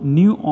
new